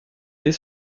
dès